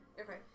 Okay